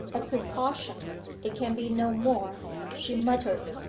a precaution it can be no more she muttered.